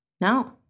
No